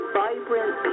vibrant